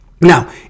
Now